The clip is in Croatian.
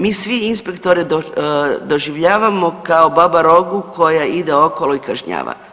Mi svi inspektore doživljavamo kao baba rogu koja ide okolo i kažnjava.